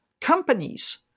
companies